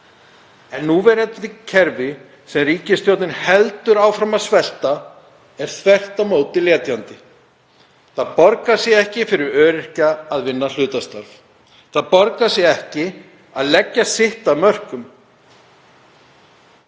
Núverandi kerfi, sem ríkisstjórnin heldur áfram að svelta, er þvert á móti letjandi. Það borgar sig ekki fyrir öryrkja að vinna hlutastörf. Það borgar sig ekki að leggja sitt af mörkum.